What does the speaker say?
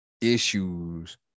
issues